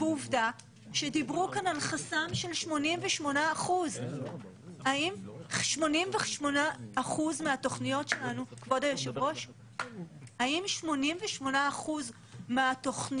ועובדה שדיברו כאן על חסם של 88%. אם 88% מהתוכניות